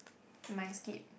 never mind skip